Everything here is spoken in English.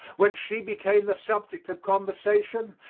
when she became the subject of conversation,